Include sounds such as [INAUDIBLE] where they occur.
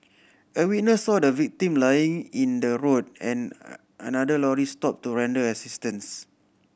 a witness saw the victim lying in the road and [UNINTELLIGIBLE] another lorry stopped to render assistance